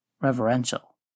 reverential